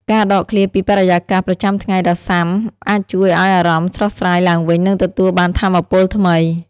ការដកឃ្លាពីបរិយាកាសប្រចាំថ្ងៃដ៏ស៊ាំអាចជួយឲ្យអារម្មណ៍ស្រស់ស្រាយឡើងវិញនិងទទួលបានថាមពលថ្មី។